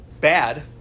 bad